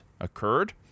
occurred